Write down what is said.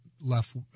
left